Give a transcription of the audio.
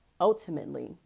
ultimately